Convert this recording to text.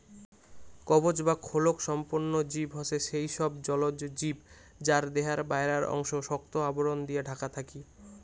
কবচ বা খোলক সম্পন্ন জীব হসে সেই সব জলজ জীব যার দেহার বায়রার অংশ শক্ত আবরণ দিয়া ঢাকা থাকি